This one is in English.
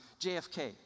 JFK